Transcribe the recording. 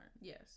yes